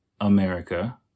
America